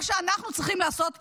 מה שאנחנו צריכים לעשות במלחמה,